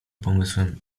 pomysłem